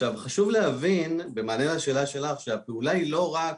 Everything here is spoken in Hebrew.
חשוב להבין, במענה לשאלה שלך שהפעולה היא לא רק